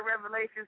Revelations